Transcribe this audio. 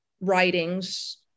writings